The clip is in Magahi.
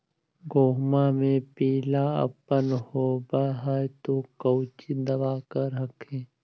गोहुमा मे पिला अपन होबै ह तो कौची दबा कर हखिन?